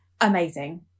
amazing